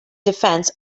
defense